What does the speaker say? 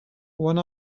one